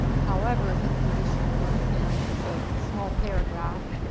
however, his physician wrote him a small paragraph.